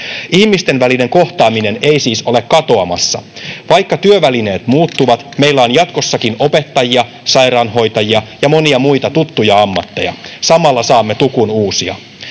Ihmisten välinen kohtaaminen ei siis ole katoamassa. Vaikka työvälineet muuttuvat, meillä on jatkossakin opettajia, sairaanhoitajia ja monia muita tuttuja ammatteja. Samalla saamme tukun uusia.